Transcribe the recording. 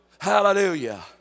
Hallelujah